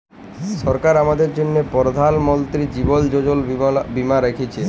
সরকার আমাদের জ্যনহে পরধাল মলতিরি জীবল যোজলা বীমা রাখ্যেছে